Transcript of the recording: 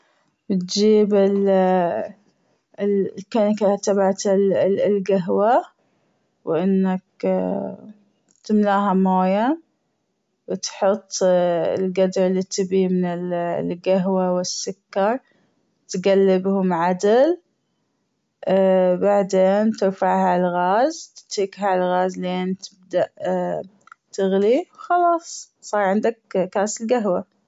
بتجيب الكنكة تبعت الجهوة وإنك تملاها مويه وتحط الجدر اللي تبيه من القهوة والسكر وتجلبهم عدل بعدين ترفعهم عالغاز وتتركها عالغاز لين تقدر تغلي وخلاص صار عندك كاسة قهوة.